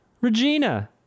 Regina